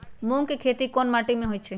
मूँग के खेती कौन मीटी मे होईछ?